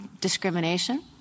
discrimination